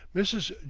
mrs.